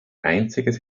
einziges